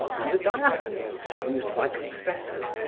and the diaconals used by confessors,